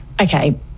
Okay